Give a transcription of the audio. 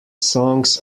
songs